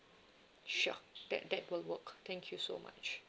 sure that that will work thank you so much